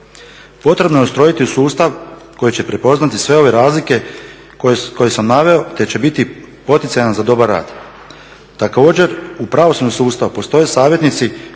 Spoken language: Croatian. Potrebno je ustrojiti sustav koji će prepoznati sve ove razlike koje sam naveo te će biti poticajan za dobar rad. Također, u pravosudnom sustavu postoje savjetnici